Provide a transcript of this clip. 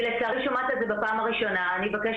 אני לצערי שומעת את זה בפעם הראשונה אני אבקש